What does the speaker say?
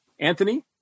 Anthony